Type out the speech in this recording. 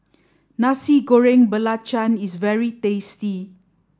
nasi goreng belacan is very tasty